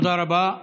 תודה רבה.